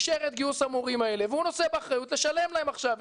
אישר את גיוס המורים האלה והוא נושא באחריות לשלם להם עכשיו.